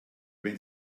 wenn